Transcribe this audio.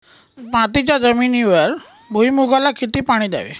मातीच्या जमिनीवर भुईमूगाला किती पाणी द्यावे?